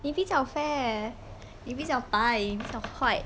你比较 fair 你比较白比较 white